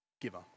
giver